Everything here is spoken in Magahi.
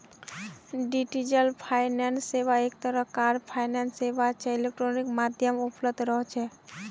डिजिटल फाइनेंस सेवा एक तरह कार फाइनेंस सेवा छे इलेक्ट्रॉनिक माध्यमत उपलब्ध रह छे